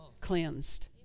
cleansed